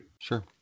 Sure